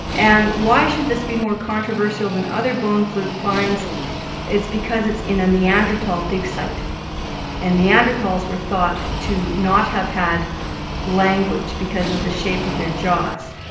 and why should this be more controversial than other bone flute finds it's because it's in a neanderthal dig site and neanderthals were thought to not have had language because of the shape of their jaws.